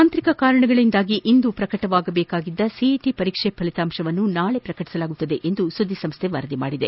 ತಾಂತ್ರಿಕ ಕಾರಣಗಳಿಂದಾಗಿ ಇಂದು ಪ್ರಕಟವಾಗಬೇಕಿದ್ದ ಸಿಇಟ ಪರೀಕ್ಷೆ ಫಲಿತಾಂತವನ್ನು ನಾಳೆ ಪ್ರಕಟಿಸಲಾಗುವುದು ಎಂದು ಸುದ್ದಿಸಂಸ್ಥೆ ವರದಿ ಮಾಡಿದೆ